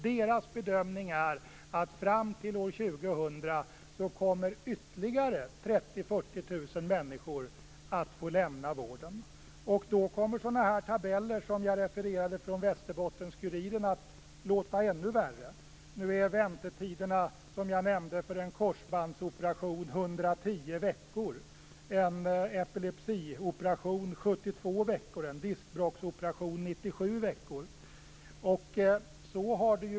Deras bedömning är att fram till år 2000 kommer ytterligare 30 000-40 000 människor att få lämna vården. Då kommer tabeller - som jag refererade från Västerbottenskuriren - att bli ännu värre. Nu är väntetiderna för en korsbandsoperation 110 veckor, en epilepsioperation 72 veckor, en diskbråcksoperation 97 veckor.